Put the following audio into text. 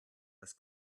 das